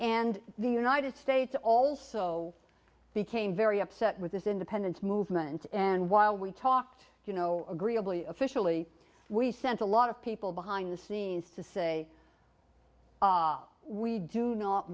and the united states also became very upset with this independence movement and while we talked you know agreeably officially we sent a lot of people behind the scenes to say we do not